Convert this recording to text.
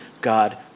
God